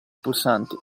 pulsanti